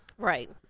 Right